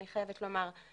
אני חייבת לומר,